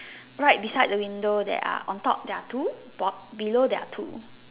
right beside the window there are on top there are two bot below there are two